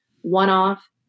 one-off